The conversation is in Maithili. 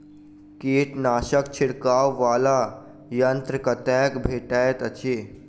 कीटनाशक छिड़कअ वला यन्त्र कतौ भेटैत अछि?